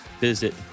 visit